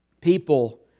People